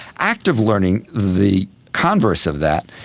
active learning, the converse of that,